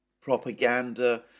propaganda